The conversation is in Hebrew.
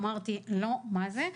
אמרתי: לא, מה זה?